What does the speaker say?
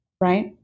right